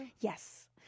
Yes